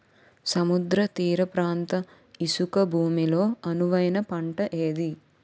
సముద్ర తీర ప్రాంత ఇసుక భూమి లో అనువైన పంట ఏది?